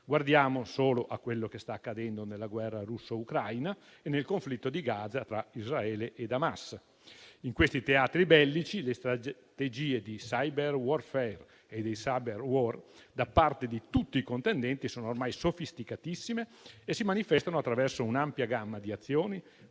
Guardiamo solo a quello che sta accadendo nella guerra russo-ucraina e nel conflitto di Gaza tra Israele ed Hamas. In questi teatri bellici le strategie di *cyberwarfare* e di *cyberwar* da parte di tutti i contendenti sono ormai sofisticatissime e si manifestano attraverso un'ampia gamma di azioni,